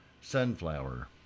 sunflower